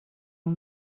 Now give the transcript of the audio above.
اون